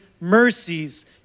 mercies